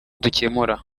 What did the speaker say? dukemura